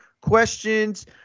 questions